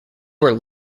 were